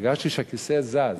הרגשתי שהכיסא זז.